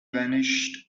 vanished